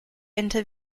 into